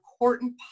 important